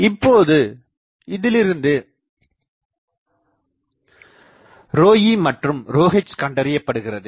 இப்போது இதிலிருந்து ρe மற்றும் ρh கண்டறியப்படுகிறது